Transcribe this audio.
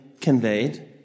conveyed